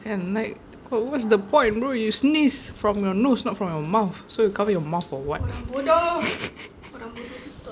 kan like what's the point bro you sneeze from your nose not from your mouth so you cover your mouth for what